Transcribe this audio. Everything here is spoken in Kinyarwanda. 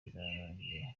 birarangiye